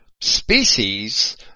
species